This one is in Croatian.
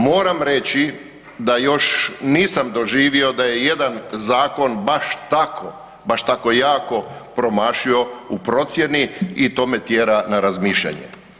Moram reći da još nisam doživio da je jedan zakon baš tako jako promašio u procjeni i to me tjera na razmišljanje.